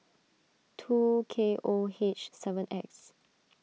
two K O H seven X